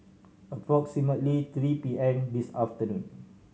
approximately three P M this afternoon